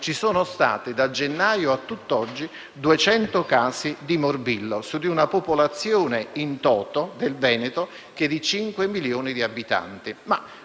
ci sono stati, da gennaio a tutt'oggi, 200 casi di morbillo, su una popolazione *in toto* di 5 milioni di abitanti.